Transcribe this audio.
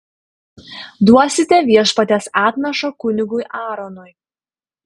duosite viešpaties atnašą kunigui aaronui